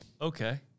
Okay